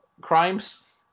crimes